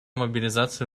мобилизацию